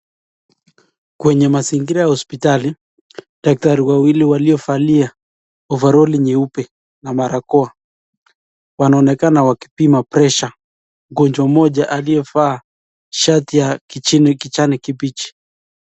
Kwenye mazingira ya hospitali daktari wawili waliovalia ovaroli nyeupe na barakoa wanaonekana wakipima presha mgonjwa mmoja alieyevaa shati ya kijani kibichi.